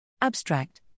Abstract